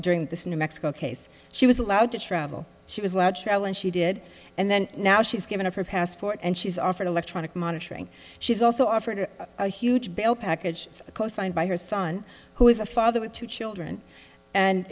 during this new mexico case she was allowed to travel she was allowed trial and she did and then now she's given up her passport and she's offered electronic monitoring she's also offered a huge bail package cosigned by her son who is a father with two children and